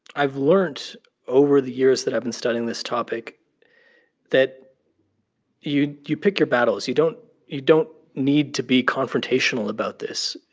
i've learnt over the years that i've been studying this topic that you you pick your battles. you don't you don't need to be confrontational about this.